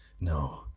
no